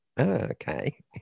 Okay